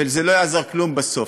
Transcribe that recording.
וזה לא יעזור כלום בסוף,